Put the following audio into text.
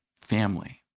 family